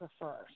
prefer